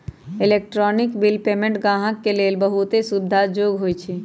electronic bill payment गाहक के लेल बहुते सुविधा जोग्य होइ छइ